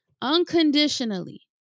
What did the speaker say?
unconditionally